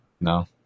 No